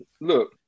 look